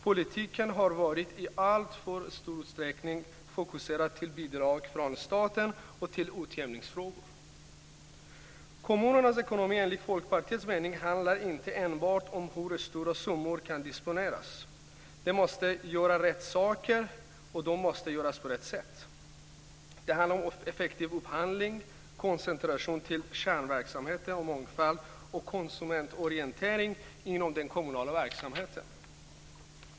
Politiken har i alltför stor utsträckning varit fokuserad till bidrag från staten och till utjämningsfrågor. Kommunernas ekonomi handlar enligt Folkpartiets mening inte enbart om hur stora summor som kan disponeras. Kommunerna måste göra rätt saker och på rätt sätt. Det handlar om effektiv upphandling, koncentration till kärnverksamhet och mångfald och konsumentorientering inom den kommunala verksamheten.